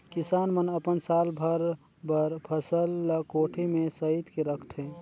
किसान मन अपन साल भर बर फसल ल कोठी में सइत के रखथे